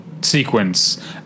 sequence